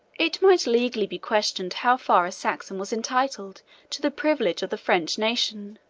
it might legally be questioned how far a saxon was entitled to the privilege of the french nation